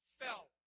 fell